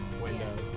Windows